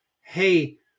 hey